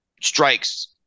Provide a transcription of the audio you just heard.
strikes